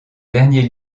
dernier